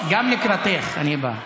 לקראתך אני בא.